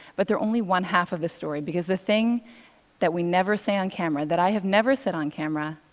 but they're only one half of the story, because the thing that we never say on camera, that i have never said on camera,